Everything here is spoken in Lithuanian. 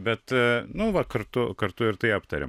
bet nu va kartu kartu ir tai aptariam